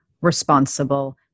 responsible